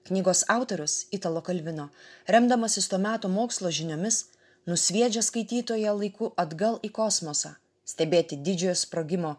knygos autorius italo kalvino remdamasis to meto mokslo žiniomis nusviedžia skaitytoją laiku atgal į kosmosą stebėti didžiojo sprogimo